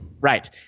Right